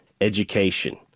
education